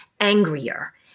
angrier